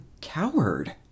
coward